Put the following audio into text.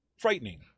Frightening